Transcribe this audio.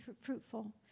fruitful